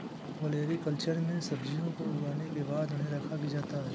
olericulture में सब्जियों को उगाने के बाद उन्हें रखा भी जाता है